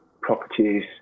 properties